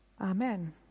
Amen